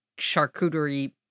charcuterie